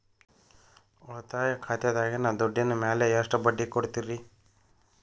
ಉಳಿತಾಯ ಖಾತೆದಾಗಿನ ದುಡ್ಡಿನ ಮ್ಯಾಲೆ ಎಷ್ಟ ಬಡ್ಡಿ ಕೊಡ್ತಿರಿ?